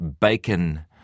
bacon